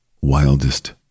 wildest